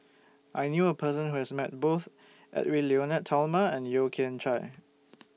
I knew A Person Who has Met Both Edwy Lyonet Talma and Yeo Kian Chye